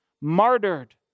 martyred